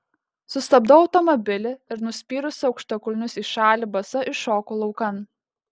sustabdau automobilį ir nuspyrusi aukštakulnius į šalį basa iššoku laukan